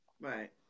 Right